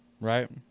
right